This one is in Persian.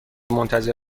منتظر